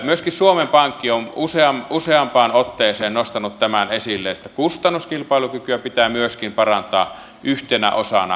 myöskin suomen pankki on useampaan otteeseen nostanut tämän esille että myöskin kustannuskilpailukykyä pitää parantaa yhtenä osana ratkaisuja